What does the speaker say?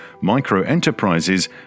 micro-enterprises